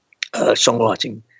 songwriting